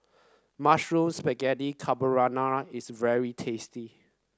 Mushroom Spaghetti Carbonara is very tasty